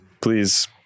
please